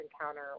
encounter